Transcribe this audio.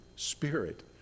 Spirit